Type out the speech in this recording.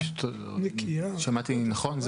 שמעתי נכון?